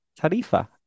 tarifa